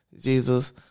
Jesus